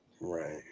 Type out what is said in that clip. Right